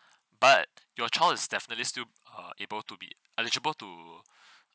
but your child is definitely still err able to be eligible to